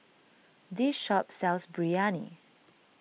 this shop sells Biryani